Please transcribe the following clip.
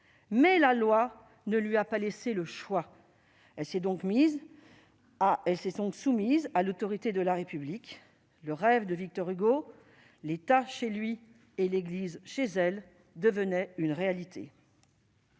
Mais la loi ne lui a pas laissé le choix : l'Église s'est donc soumise à l'autorité de la République. Le rêve de Victor Hugo- l'État chez lui et l'Église chez elle -devenait une réalité.